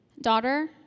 daughter